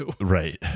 right